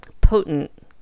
potent